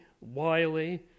Wiley